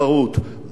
אותו.